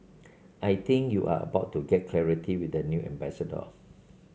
I think you are about to get clarity with the new ambassador